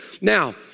Now